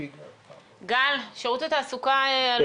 שירות התעסוקה עלו?